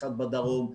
אחד בדרום.